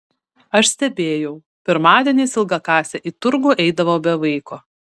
aš stebėjau pirmadieniais ilgakasė į turgų eidavo be vaiko